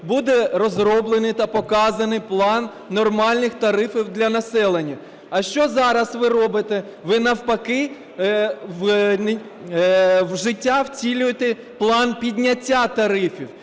буде розроблений та показаний план нормальних тарифів для населення. А що зараз ви робите? Ви, навпаки, в життя втілюєте план підняття тарифів.